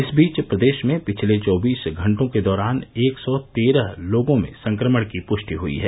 इस बीच प्रदेश में पिछले चौबीस घंटों के दौरान एक सौ तेरह लोगों में संक्रमण की पृष्टि हयी है